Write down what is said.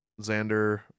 Xander